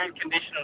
conditions